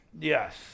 Yes